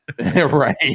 Right